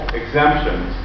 exemptions